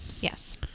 Yes